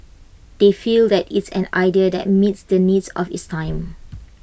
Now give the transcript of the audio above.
they feel that it's an idea that meets the needs of its time